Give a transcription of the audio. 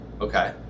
Okay